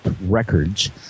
records